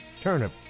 turnip